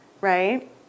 right